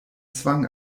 zwang